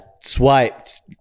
swiped